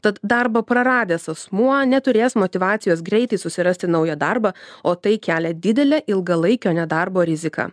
tad darbą praradęs asmuo neturės motyvacijos greitai susirasti naują darbą o tai kelia didelę ilgalaikio nedarbo riziką